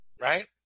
right